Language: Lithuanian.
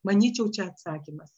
manyčiau čia atsakymas